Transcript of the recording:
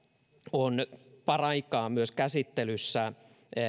on paraikaa myös käsittelyssä